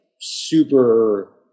super